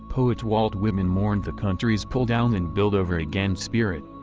poet walt whitman mourned the country's pull-down-and-build over again spirit.